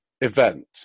event